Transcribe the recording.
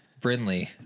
Brinley